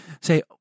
say